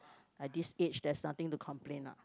I this age there is nothing to complain ah